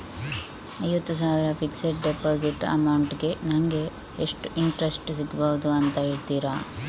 ಐವತ್ತು ಸಾವಿರ fixed deposit amount ಗೆ ನಂಗೆ ಎಷ್ಟು ಇಂಟ್ರೆಸ್ಟ್ ಸಿಗ್ಬಹುದು ಅಂತ ಹೇಳ್ತೀರಾ?